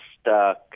stuck